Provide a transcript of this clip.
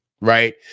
right